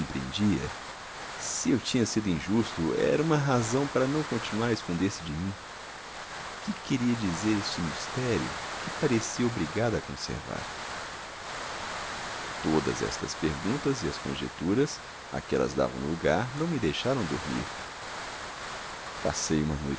compreendia se eu tinha sido injusto era uma razão para não continuar a esconder-se de mim que queria dizer este mistério que parecia obrigada a conservar todas estas perguntas e as conjeturas a que elas davam lugar não me deixaram dormir passei uma